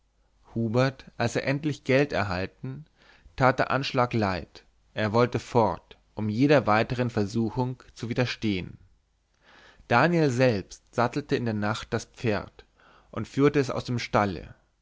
hubert als er endlich geld erhalten tat der anschlag leid er wollte fort um jeder weitern versuchung zu widerstehen daniel selbst sattelte in der nacht das pferd und führte es aus dem stalle